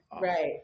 right